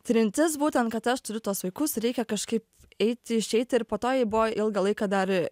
trintis būtent kad aš turiu tuos vaikus reikia kažkaip eiti išeiti ir po to jai buvo ilgą laiką dar